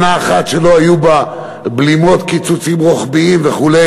שנה אחת שלא היו בה קיצוצים רוחביים וכו'?